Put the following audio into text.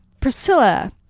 Priscilla